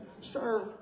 Sir